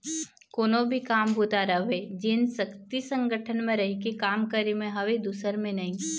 कोनो भी काम बूता होवय जेन सक्ति संगठन म रहिके काम करे म हवय दूसर म नइ